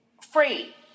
free